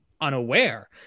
unaware